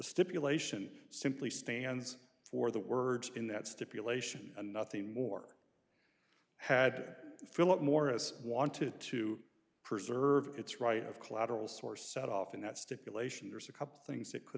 stipulation simply stands for the words in that stipulation and nothing more had philip morris wanted to preserve its right of collateral source set off in that stipulation there's a couple things that could